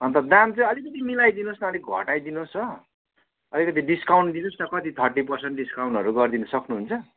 अन्त दाम चाहिँ अलिकति मिलाई दिनु होस् अलि घटाई दिनु होस् हो अलिकति डिस्काउन्ट दिनु होस् न कति थर्टी पर्सेन्ट डिस्कान्टहरू गरिदिनु सक्नु हुन्छ